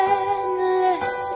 endless